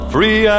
Free